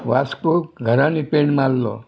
वास्को घरांनी पेंट मारलो